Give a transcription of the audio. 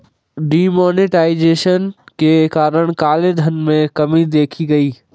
D monetization के कारण काले धन में कमी देखी गई